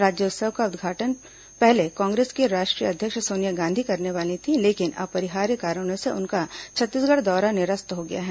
राज्योत्सव का उद्घाटन पहले कांग्रेस की राष्ट्रीय अध्यक्ष सोनिया गांधी करने वाली थी लेकिन अपरिहार्य कारणों से उनका छत्तीसगढ़ दौरा निरस्त हो गया है